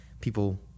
people